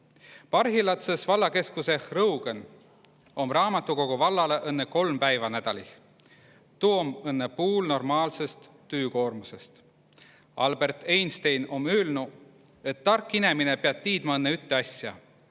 Parhilladsõs vallakeskuseh Rõugõn om raamatukogo vallalõ õnnõ kolm päiva nädalih – tuu om õnnõ puul normaalsõst tüükoormusõst. Albert Einstein om ülnü, õt tark inemine piat tiidmä õnnõ ütte asja.